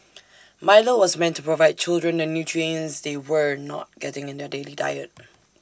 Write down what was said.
milo was meant to provide children the nutrients they were not getting in their daily diet